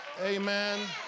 Amen